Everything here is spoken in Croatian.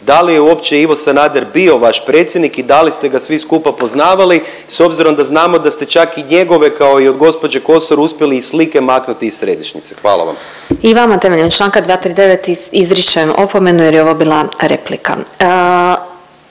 da li je uopće Ivo Sanader bio vaš predsjednik i da li ste ga svi skupa poznavali s obzirom da znamo da ste čak i njegove kao i od gospođe Kosor uspjeli i slike maknuti iz središnjice. Hvala vam. **Glasovac, Sabina (SDP)** I vama temeljem članka 239. izričem opomenu, jer je ovo bila replika.